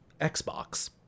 Xbox